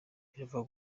biravugwa